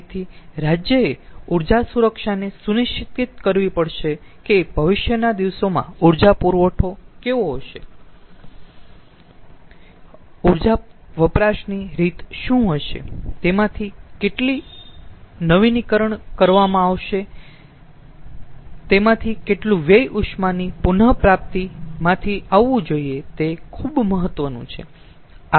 તેથી રાજ્યએ ઊર્જા સુરક્ષાને સુનિશ્ચિત કરવી પડશે કે ભવિષ્યના દિવસોમાં ઊર્જા પુરવઠો કેવો હશે ઊર્જા વપરાશની રીત શું હશે તેમાંથી કેટલું નવીકરણ કરવામાં આવશે તેમાંથી કેટલું વ્યય ઉષ્માની પુન પ્રાપ્તિમાંથી આવવું જોઈએ તે ખુબ મહત્વનું છે